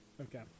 Okay